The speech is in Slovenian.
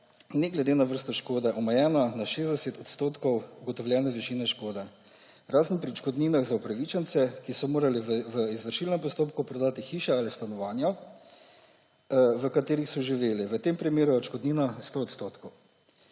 ne glede na vrsto škode omejena na 60 % ugotovljene višine škode, razen pri odškodninah za upravičence, ki so morali v izvršilnem postopku prodati hiše ali stanovanja, v katerih so živeli. V tem primeru je odškodnina 100 %.